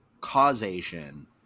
causation